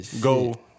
Go